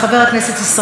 אינו נוכח.